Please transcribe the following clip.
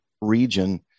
region